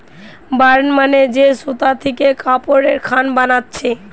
burn মানে যে সুতা থিকে কাপড়ের খান বানাচ্ছে